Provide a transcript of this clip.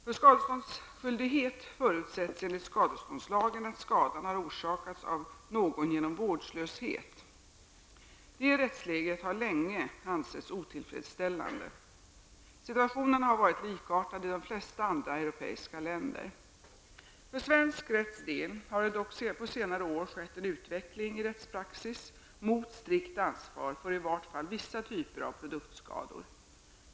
För skadeståndsskyldighet förutsätts enligt skadeståndslagen att skadan har orsakats av någon genom vårdslöshet. Det rättsläget har länge ansetts otillfredsställande. Situationen har varit likartad i de flesta andra europeiska länder. För svensk rätts del har det dock på senare år skett en utveckling i rättspraxis mot strikt ansvar för i varje fall vissa typer av produktskador.